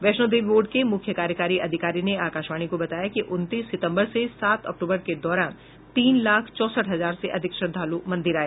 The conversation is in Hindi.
वैष्णो देवी बोर्ड को मुख्य कार्यकारी अधिकारी ने आकाशवाणी को बताया कि उनतीस सिंतबर से सात अक्तूबर के दौरान तीन लाख चौंसठ हजार से अधिक श्रद्धालु मंदिर आए